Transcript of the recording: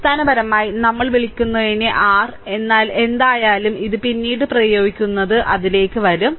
അടിസ്ഥാനപരമായി നമ്മൾ വിളിക്കുന്നതിനെ r എന്നാൽ എന്തായാലും ഇത് പിന്നീട് പ്രയോഗിക്കുന്നത് അതിലേക്ക് വരും